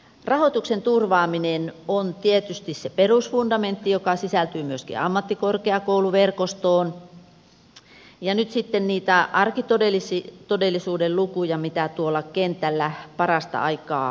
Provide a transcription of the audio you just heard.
rahoituksen turvaaminen on tietysti se perusfundamentti joka sisältyy myöskin ammattikorkeakouluverkostoon ja nyt sitten niitä arkitodellisuuden lukuja mitä tuolla kentällä parasta aikaa koetaan